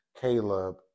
Caleb